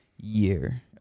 year